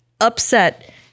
upset